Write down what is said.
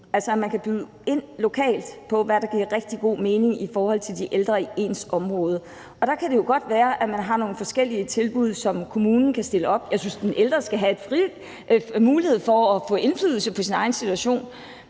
altså at man kan byde ind lokalt på, hvad der giver rigtig god mening i forhold til de ældre i ens område, og der kan det jo godt være, at der er nogle forskellige tilbud, som kommunen kan komme med. Jeg synes, at den ældre skal have mulighed for at få indflydelse på sin egen situation,